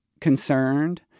concerned